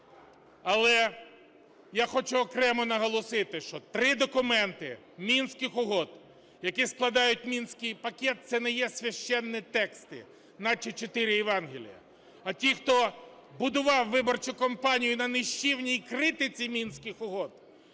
Але я хочу окремо наголосити, що три документи Мінських угод, які складають мінський пакет, це не священні тексти, наче чотири Євангелія. А ті, хто будував виборчу кампанію на нищівній критиці Мінських угод,